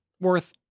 worth